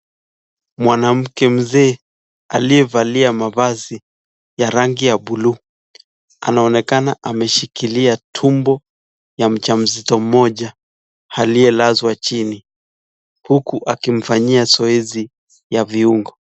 Mwanamke mzee aliyevalia mavazi ya rangi ya bluu anaonekana ameshikilia tumbo ya mjamzito mmoja aliyelazwa chini huku akimfanyia zoezi ya viungo.